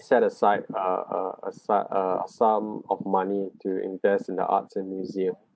set aside a a asi~ uh sum of money to invest in the arts and museum